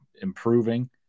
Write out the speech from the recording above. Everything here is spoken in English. improving